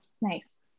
nice